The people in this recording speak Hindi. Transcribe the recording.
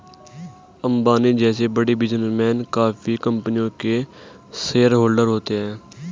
अंबानी जैसे बड़े बिजनेसमैन काफी कंपनियों के शेयरहोलडर होते हैं